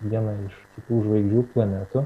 vieną iš kitų žvaigždžių planetų